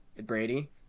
Brady